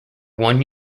one